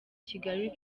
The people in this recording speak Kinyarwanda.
kigali